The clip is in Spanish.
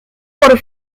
por